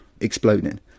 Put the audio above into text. exploding